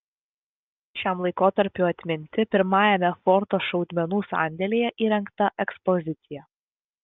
šiam laikotarpiui atminti pirmajame forto šaudmenų sandėlyje įrengta ekspozicija